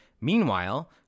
Meanwhile